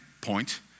point